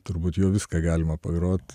turbūt juo viską galima pagrot